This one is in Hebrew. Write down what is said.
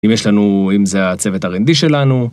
אם יש לנו, אם זה הצוות הרנדי שלנו.